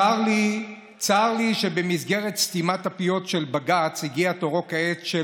צר לי שבמסגרת סתימת הפיות של בג"ץ הגיע כעת תורו של